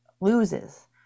loses